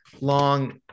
long